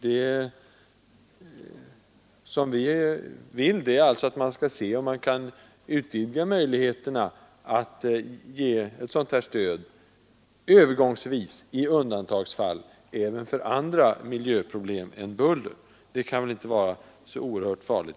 Det som vi vill är alltså att man skall se, om man kan utvidga möjligheterna att ge sådant här stöd övergångsvis och i undantagsfall även för andra miljöproblem än buller. Det kan väl inte vara så oerhört farligt.